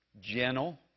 gentle